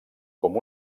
com